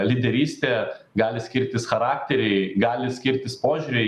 lyderystė gali skirtis charakteriai gali skirtis požiūriai